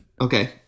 Okay